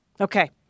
Okay